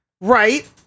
Right